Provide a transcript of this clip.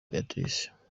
beatrice